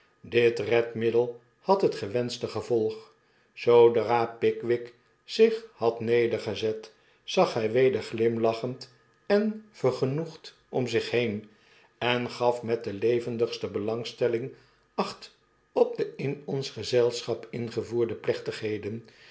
dit redmiddel had het gewenschte gevolg zoodra pickwick zich had nedergezet zag hy weder glimlachend en vergenoegd om zich heen en gaf met de levendigste belangstelling acht op de in ons gezelschap ingevoerde plechtigheden